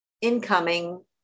incoming